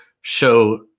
show